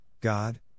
God